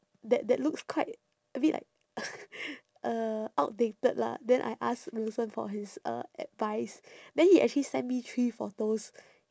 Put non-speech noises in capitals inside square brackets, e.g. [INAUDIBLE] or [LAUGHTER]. that that looks quite a bit like [NOISE] uh outdated lah then I ask wilson for his uh advice then he actually sent me three photos